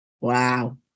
Wow